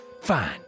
Fine